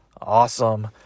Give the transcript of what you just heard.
Awesome